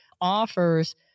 offers